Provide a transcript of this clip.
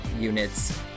units